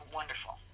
wonderful